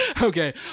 Okay